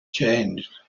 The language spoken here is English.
changed